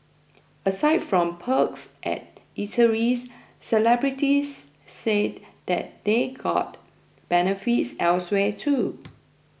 aside from perks at eateries celebrities say that they got benefits elsewhere too